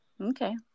okay